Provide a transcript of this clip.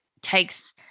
takes